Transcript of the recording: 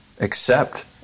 accept